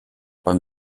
beim